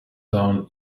down